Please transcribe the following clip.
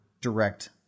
direct